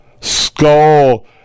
skull